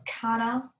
Carter